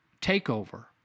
takeover